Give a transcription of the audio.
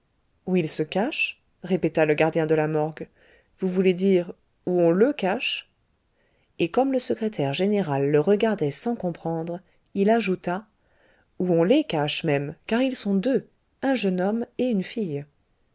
où il se cache répéta le gardien de la morgue vous voulez dire où on le cache et comme le secrétaire général le regardait sans comprendre il ajouta où on les cache même car ils sont deux un jeune homme et une fille